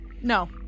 No